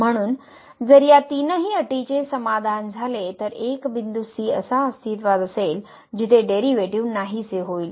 म्हणून जर या तीनही अटीचे समाधान झाले तर एक बिंदू c असा अस्तित्वात असेल जिथे डेरीवेटिव नाहीसे होईल